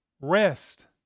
rest